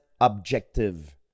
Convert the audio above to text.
objective